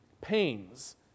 pains